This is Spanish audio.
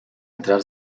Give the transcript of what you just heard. entrar